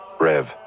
Rev